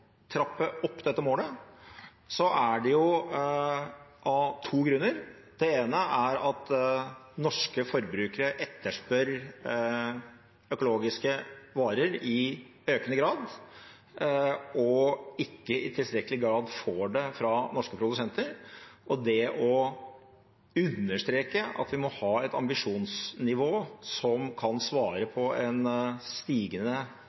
trappe opp dette målet, er det av to grunner. Det ene er at norske forbrukere etterspør økologiske varer i økende grad, og ikke i tilstrekkelig grad får det fra norske produsenter. Det å understreke at vi må ha et ambisjonsnivå som kan svare på en stigende